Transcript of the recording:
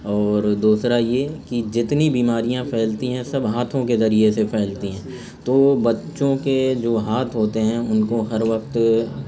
اور دوسرا یہ کہ جتنی بیماریاں پھیلتی ہیں سب ہاتھوں کے ذریعے سے پھیلتی ہیں تو بچوں کے جو ہاتھ ہوتے ہیں ان کو ہر وقت